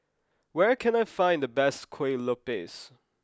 where can I find the best Kueh Lopes